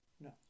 No